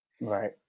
Right